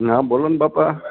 હાં બોલોને બાપા